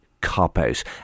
cop-out